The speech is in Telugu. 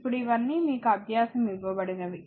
ఇప్పుడు ఇవన్నీ మీకు అభ్యాసం ఇవ్వబడినవి